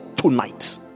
Tonight